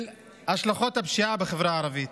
של השלכות הפשיעה בחברה הערבית,